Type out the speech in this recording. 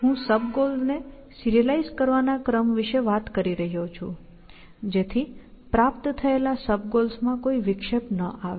હું સબ ગોલને સિરિઅલાઈઝ કરવાના ક્રમ વિશે વાત કરી રહ્યો છું જેથી પહેલા પ્રાપ્ત થયેલા સબ ગોલ્સમાં કોઈ વિક્ષેપ ન આવે